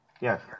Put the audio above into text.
yes